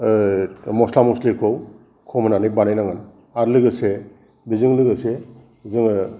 मस्ला मस्लिखौ खम होनानै बानायनांगोन आरो लोगोसे बेजों लोगोसे जोंनो